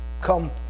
come